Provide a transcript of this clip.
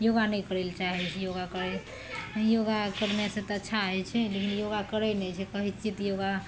योगा नहि करय लए चाहय छै योगा करय योगा करने से तऽ अच्छा होइ छै लेकिन योगा करय नहि छै कहय छियै तऽ योगा